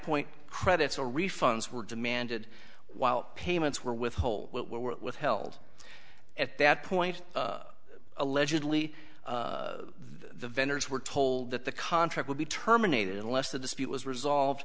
point credits or refunds were demanded while payments were withhold were withheld at that point allegedly the vendors were told that the contract would be terminated unless the dispute was resolved